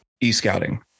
e-scouting